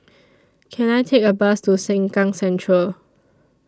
Can I Take A Bus to Sengkang Central